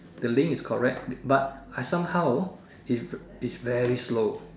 the link is correct but I somehow it's very slow